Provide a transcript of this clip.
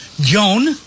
Joan